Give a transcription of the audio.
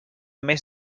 més